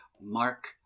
mark